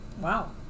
Wow